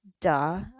duh